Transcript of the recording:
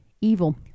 evil